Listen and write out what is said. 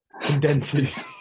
Condenses